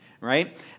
right